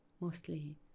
mostly